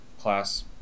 class